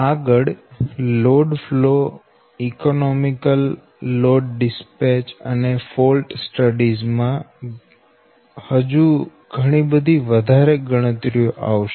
આગળ load flow economical load dispatch અને fault studies માં હજુ ઘણી બધી વધારે ગણતરીઓ આવશે